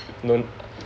no